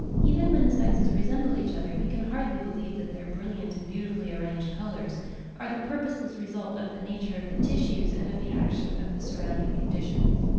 even when the sexes resemble each other, we can hardly believe that their brilliant and beautifully-arranged colours are the purposeless result of the nature of the tissues and of the action of the surrounding conditions.